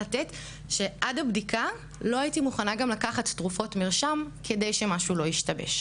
עד הבדיקה לא הייתי מוכנה גם לקחת תרופות מרשם כדי שמשהו לא ישתבש,